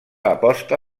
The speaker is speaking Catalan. aposta